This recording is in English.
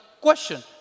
question